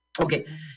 Okay